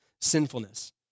sinfulness